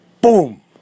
Boom